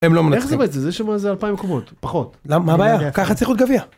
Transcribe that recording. הם לא מנצחים איך זה בעצם זה יש שם איזה אלפיים מקומות פחות מה הבעיה ככה צריך להיות גביע.